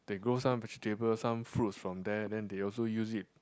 they grow some vegetable some fruits from there then they also use it